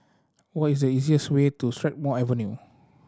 what is the easiest way to Strathmore Avenue